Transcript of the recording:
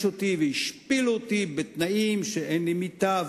אותי והשפילו אותי בתנאים שאין לי מיטה,